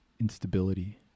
instability